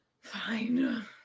Fine